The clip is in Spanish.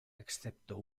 excepto